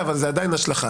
אבל זה עדיין השלכה.